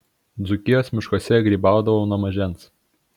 dzūkijos miškuose grybaudavau nuo mažens